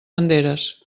banderes